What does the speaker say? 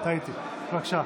בבקשה.